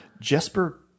Jesper